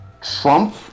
trump